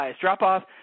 drop-off